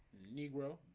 negro